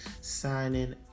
signing